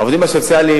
העובדים הסוציאליים,